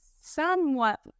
somewhat